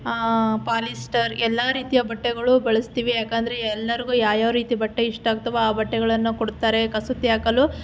polyester ಎಲ್ಲ ರೀತಿಯ ಬಟ್ಟೆಗಳು ಬಳಸ್ತೀವಿ ಯಾಕಂದರೆ ಎಲ್ಲರಿಗೂ ಯಾವ್ಯಾವ ರೀತಿ ಬಟ್ಟೆ ಇಷ್ಟ ಆಗ್ತವೋ ಆ ಬಟ್ಟೆಗಳನ್ನು ಕೊಡ್ತಾರೆ ಕಸೂತಿ ಹಾಕಲು